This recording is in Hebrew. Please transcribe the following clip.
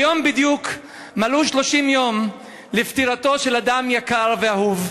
היום בדיוק מלאו 30 יום לפטירתו של אדם יקר ואהוב,